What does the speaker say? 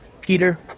Peter